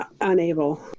unable